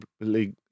League